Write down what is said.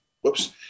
Whoops